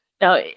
Now